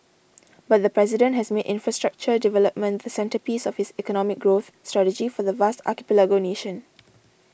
but the president has made infrastructure development the centrepiece of his economic growth strategy for the vast archipelago nation